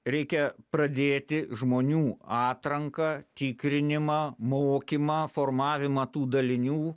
reikia pradėti žmonių atranką tikrinimą mokymą formavimą tų dalinių